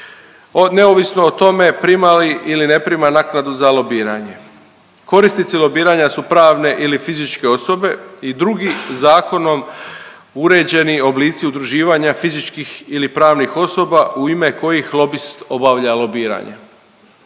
neovisno o tome prima li ili ne prima naknadu za lobiranje. Korisnici lobiranja su pravne ili fizičke osobe i drugi zakonom uređeni oblici udruživanja fizičkih ili pravnih osoba u ime kojih lobist obavlja lobiranje.